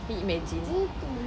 can you imagine